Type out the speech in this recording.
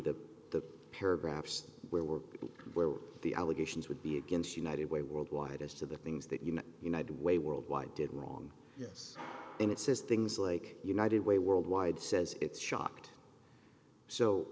that the paragraphs where we're where the allegations would be against united way worldwide as to the things that you know united way worldwide did wrong yes and it says things like united way worldwide says it's shocked so